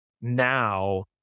now